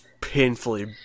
painfully